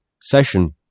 session